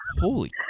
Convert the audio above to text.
holy